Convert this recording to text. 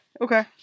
Okay